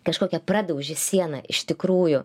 kažkokią pradauži sieną iš tikrųjų